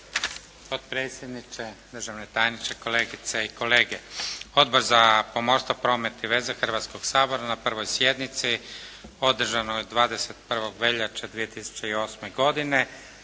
potpredsjedniče, državni tajniče, kolegice i kolege. Odbor za pomorstvo, promet i veze Hrvatskog sabora na prvoj sjednici održanoj 21. veljače 2008. godine